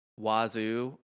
Wazoo